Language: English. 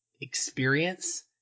experience